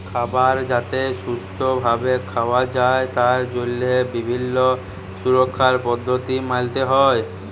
খাবার যাতে সুস্থ ভাবে খাওয়া যায় তার জন্হে বিভিল্য সুরক্ষার পদ্ধতি মালতে হ্যয়